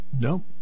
No